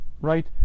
right